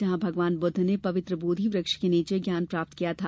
जहां भगवान बुद्ध ने पवित्र बोधि वक्ष के नीचे ज्ञान प्राप्त किया था